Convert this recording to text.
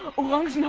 along as you know